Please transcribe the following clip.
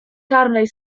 czarnej